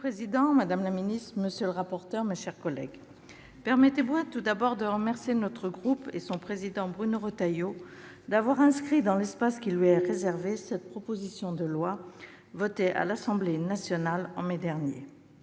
Monsieur le président, madame la secrétaire d'État, monsieur le rapporteur, mes chers collègues, permettez-moi tout d'abord de remercier notre groupe et son président, Bruno Retailleau, d'avoir demandé l'inscription, dans l'espace qui lui est réservé, de cette proposition de loi votée à l'Assemblée nationale en mai dernier.